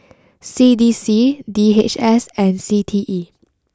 C D C D H S and C T E